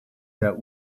that